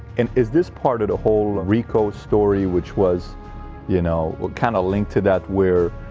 and is this part of a whole rico story which was you know? what kind of link to that where?